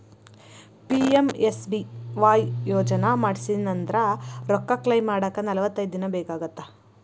PMSBY ಯೋಜನಾ ಮಾಡ್ಸಿನಂದ್ರ ರೊಕ್ಕ ಕ್ಲೇಮ್ ಮಾಡಾಕ ನಲವತ್ತೈದ್ ದಿನ ಬೇಕಾಗತ್ತಾ